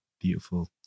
beautiful